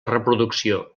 reproducció